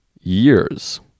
years